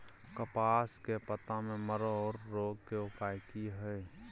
कपास के पत्ता में मरोड़ रोग के उपाय की हय?